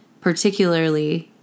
Particularly